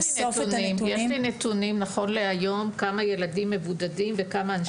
כשגן נכנס לבידוד ויוצא מבידוד ונכנס לבידוד,